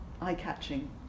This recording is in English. eye-catching